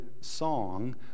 song